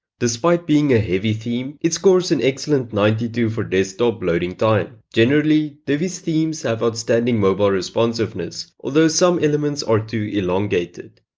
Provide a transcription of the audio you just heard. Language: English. despite being a heavy theme, it scores and excellent ninety two for desktop loading time. generally, divi's themes have outstanding mobile responsiveness, although some elements are too elongated.